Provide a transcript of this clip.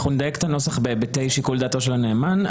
אנחנו נדייק את הנוסח בהיבטי שיקול דעתו של הנאמן.